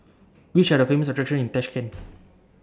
Which Are The Famous attractions in Tashkent